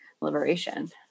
liberation